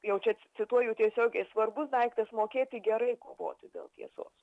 jau čia cituoju tiesiogiai svarbus daiktas mokėti gerai kovoti dėl tiesos